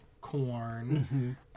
corn